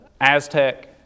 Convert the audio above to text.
Aztec